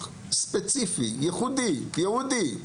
ספציפי, ייחודי, ייעודי,